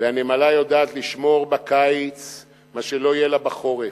הנמלה יודעת לשמור בקיץ את מה שלא יהיה לה בחורף.